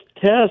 test